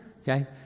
okay